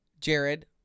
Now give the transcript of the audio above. Jared